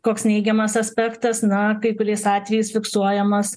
koks neigiamas aspektas na kai kuriais atvejais fiksuojamas